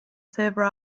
server